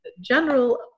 General